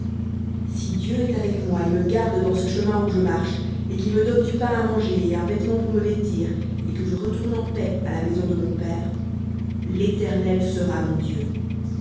si dieu est avec moi et me garde dans ce chemin où je marche et qu'il me donne du pain à manger et un vêtement pour me vêtir et que je retourne en paix à la maison de mon père l'éternel sera mon dieu